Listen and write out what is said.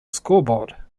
scoreboard